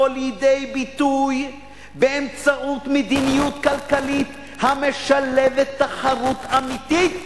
לידי ביטוי במדיניות כלכלית המשלבת תחרות אמיתית